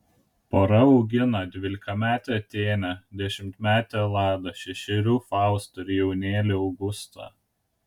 pora augina dvylikametę atėnę dešimtmetę eladą šešerių faustą ir jaunėlį augustą